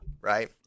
Right